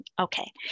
Okay